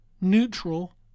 neutral